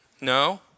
No